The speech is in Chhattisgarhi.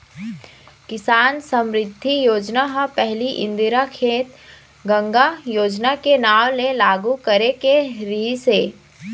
किसान समरिद्धि योजना ह पहिली इंदिरा खेत गंगा योजना के नांव ले लागू करे गे रिहिस हे